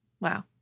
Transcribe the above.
wow